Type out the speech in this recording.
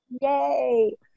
yay